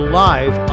live